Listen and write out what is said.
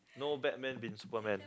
no Batman bin Superman